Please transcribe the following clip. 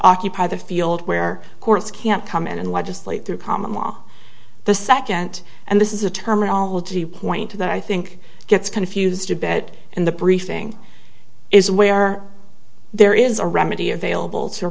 occupy the field where courts can't come in and legislate through common law the second and this is a terminology point that i think gets confused a bit in the briefing is where there is a remedy available to a